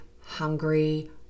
hungry